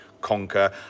conquer